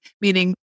meaning